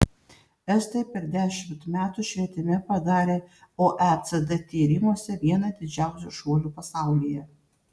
estai per dešimt metų švietime padarė oecd tyrimuose vieną didžiausių šuolių pasaulyje